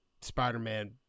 Spider-Man